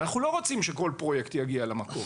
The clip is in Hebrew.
אנחנו לא רוצים שכל פרויקט יגיע למקום